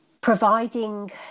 providing